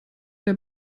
der